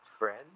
friends